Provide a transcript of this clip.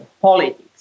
politics